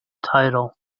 title